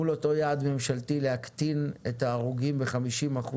מול אותו יעד ממשלתי להקטין את ההרוגים ב-50%.